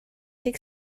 deg